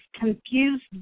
confused